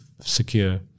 secure